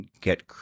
get